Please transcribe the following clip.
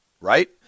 right